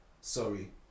Sorry